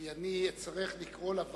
כי אני אצטרך לקרוא לוועדות.